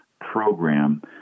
program